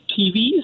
TVs